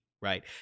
right